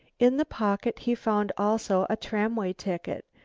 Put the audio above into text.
in the pocket he found also a tramway ticket,